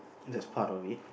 that's part of it